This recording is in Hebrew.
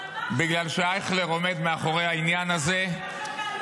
בגלל שאייכלר עומד מאחורי העניין הזה -- אבל מה עכשיו